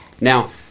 Now